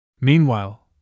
Meanwhile